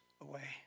away